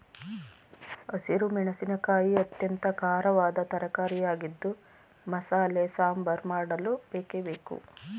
ಹಸಿರು ಮೆಣಸಿನಕಾಯಿ ಅತ್ಯಂತ ಖಾರವಾದ ತರಕಾರಿಯಾಗಿದ್ದು ಮಸಾಲೆ ಸಾಂಬಾರ್ ಮಾಡಲು ಬೇಕೇ ಬೇಕು